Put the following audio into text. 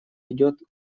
идет